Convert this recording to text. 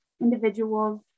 individuals